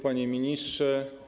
Panie Ministrze!